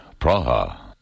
Praha